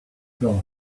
grass